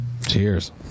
Cheers